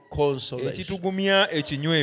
consolation